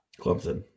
Clemson